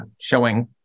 Showing